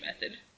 method